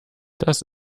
das